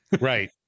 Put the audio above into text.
Right